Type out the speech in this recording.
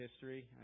history